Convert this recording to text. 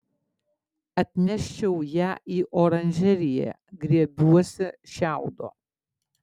atneščiau ją į oranžeriją griebiuosi šiaudo